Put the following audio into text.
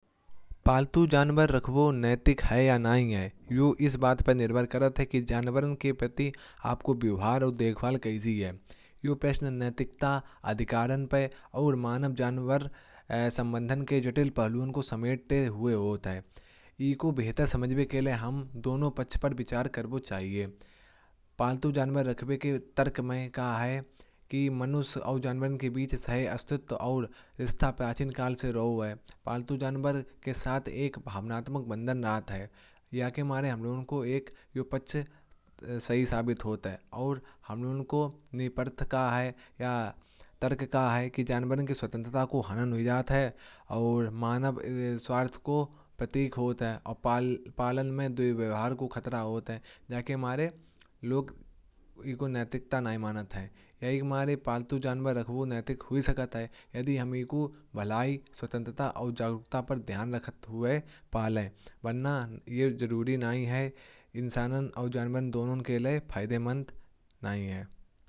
पालतू जानवर रखबो नैतिक है या नहीं है। इस बात पर निर्भर करत है कि जानवरों के प्रति आपको भी हां और देखभाल कही थी। या पर्सनल नैतिकता आदि कारण पर और मानव जानवर। ऐसा बंधन के डिटेल प्रवीण को समेटे हुए होता है। पति को बेहतर समझने के लिए हम दोनों पक्ष पर विचार करना चाहिए। पालतू जानवर रखने के तर्क में कहा है। कि मनुष्य और जानवर के बीच स्थायी अस्तित्व और इस था प्राचीनकाल से रहो। बाई पालतू जानवर के साथ एक भावनात्मक बंधन रात है। या के मारे हम लोगों को एक रूप से सही साबित होता है और हम उनको नहीं पड़ता है। या तर्क का है कि जान बान के स्वतंत्रता का हानि होता है। और मानव स्वास्थ्य को प्रतीक होता है और पालन में दुर्व्यवहार को खतरा होता है। ना कि हमारे लोग को नैतिकता नहीं माना था। हमारे पालतू जानवर रखबू नैतिक हुई सकता है। यदि हमें स्वतंत्रता और जागरूकता पर ध्यान रख। वो पायलट बनना ये जरूरी नहीं है इंसान और जानवर दोनों के लिए फायदेमंद नहीं है।